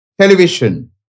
television